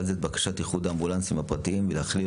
ואת בקשת איחוד האמבולנסים הפרטיים להכליל